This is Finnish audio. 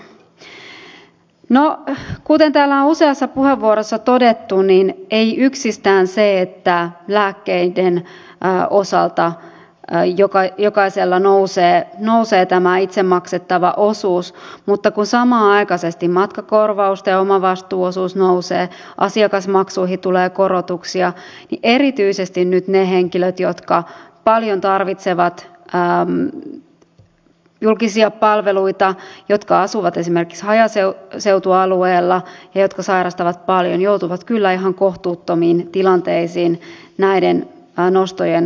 no kuten täällä on useassa puheenvuorossa todettu niin ei yksistään se että lääkkeiden osalta jokaisella nousee tämä itse maksettava osuus mutta kun samanaikaisesti matkakorvausten omavastuuosuus nousee asiakasmaksuihin tulee korotuksia niin erityisesti nyt ne henkilöt jotka paljon tarvitsevat julkisia palveluita jotka asuvat esimerkiksi hajaseutualueella ja jotka sairastavat paljon joutuvat kyllä ihan kohtuuttomiin tilanteisiin näiden nostojen seurauksena